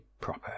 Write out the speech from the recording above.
proper